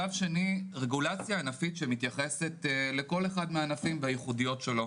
שלב שני: רגולציה ענפית שמתייחסת לכל אחד מהענפים ולייחודיות שלו,